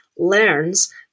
learns